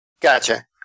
Gotcha